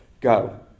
go